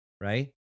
right